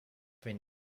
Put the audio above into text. been